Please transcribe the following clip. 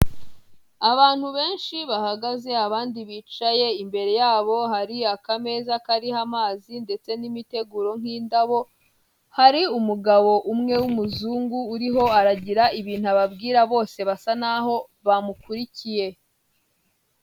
Abantu benshi bahagaze abandi bicaye, imbere yabo hari akameza kariho amazi ndetse n'imiteguro nk'indabo, hari umugabo umwe w'umuzungu uriho aragira ibintu ababwira, bose barasa naho bamukurikiye.